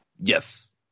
Yes